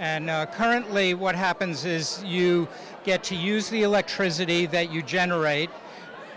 and currently what happens is you get to use the electricity that you generate